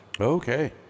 Okay